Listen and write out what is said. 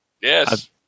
Yes